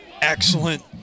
Excellent